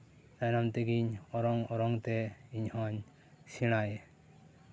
ᱛᱟᱭᱚᱢ ᱛᱮᱜᱤᱧ ᱚᱨᱚᱝ ᱚᱨᱚᱝ ᱛᱮ ᱤᱧ ᱦᱚᱹᱧ ᱥᱮᱬᱟᱭ